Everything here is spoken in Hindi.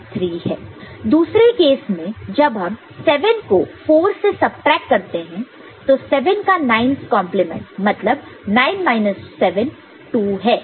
दूसरे केस में जब हम 7 को 4 से सबट्रैक्ट करते हैं तो 7 का 9's कॉन्प्लीमेंट 9's complement मतलब 9 7 2 है